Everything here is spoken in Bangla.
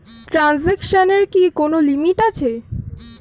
ট্রানজেকশনের কি কোন লিমিট আছে?